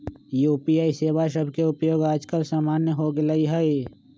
UPI सेवा सभके उपयोग याजकाल सामान्य हो गेल हइ